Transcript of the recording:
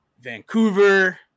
Vancouver